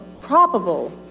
probable